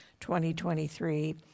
2023